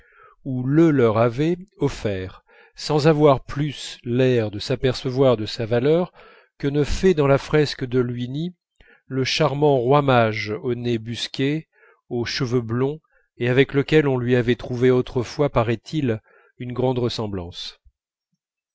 ou le leur avait offert sans avoir plus l'air de s'apercevoir de sa valeur que ne fait dans la fresque de luini le charmant roi mage au nez busqué aux cheveux blonds et avec lequel on lui avait trouvé autrefois paraît-il une grande ressemblance